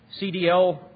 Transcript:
CDL